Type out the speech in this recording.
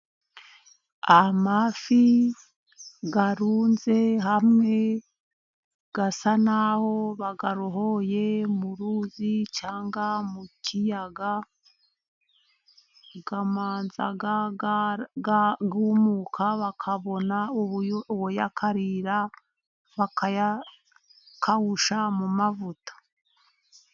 Amafi arunze hamwe, asa n'aho bayarohoye mu ruzi cyangwa mu kiyaga, amanza yumuka, bakabona ubuyakarira, bakayakawusha mu mavuta.